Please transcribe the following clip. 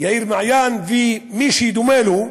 יאיר מעיין ומי שדומה לו,